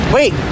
Wait